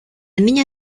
niña